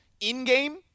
in-game